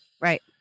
Right